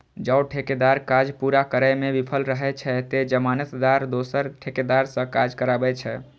जौं ठेकेदार काज पूरा करै मे विफल रहै छै, ते जमानतदार दोसर ठेकेदार सं काज कराबै छै